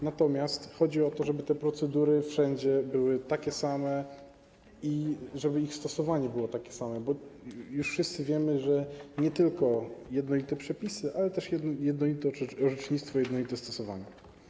Natomiast chodzi o to, żeby te procedury wszędzie były takie same i żeby ich stosowanie było takie same, bo wszyscy wiemy, że chodzi nie tylko o jednolite przepisy, ale też o jednolite orzecznictwo, jednolite stosowanie.